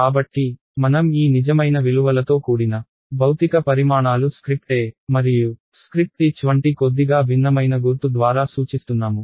కాబట్టి మనం ఈ నిజమైన విలువలతో కూడిన భౌతిక పరిమాణాలు స్క్రిప్ట్ E మరియు స్క్రిప్ట్ H వంటి కొద్దిగా భిన్నమైన గుర్తు ద్వారా సూచిస్తున్నాము